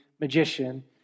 magician